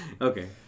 okay